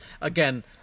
Again